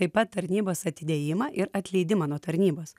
taip pat tarnybos atidėjimą ir atleidimą nuo tarnybos